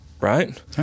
right